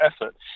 effort